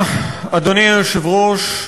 אדוני היושב-ראש,